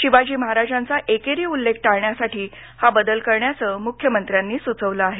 शिवाजी महाराजांचा एकेरी उल्लेख टाळण्यासाठी हा बदल करण्याचं मुख्यमंत्र्यांनी सुचविलं आहे